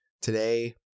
Today